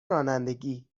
رانندگی